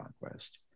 conquest